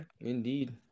Indeed